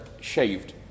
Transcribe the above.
shaved